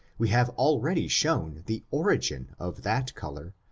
we have already shown the origin of that color,